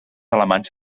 alemanys